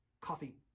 coffee